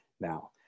now